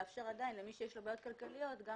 לאפשר עדיין למי שיש לו בעיות כלכליות גם